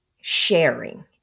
sharing